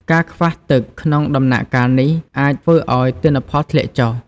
ការខ្វះទឹកក្នុងដំណាក់កាលនេះអាចធ្វើឲ្យទិន្នផលធ្លាក់ចុះ។